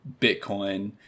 Bitcoin